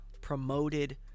promoted